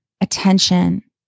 attention